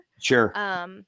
Sure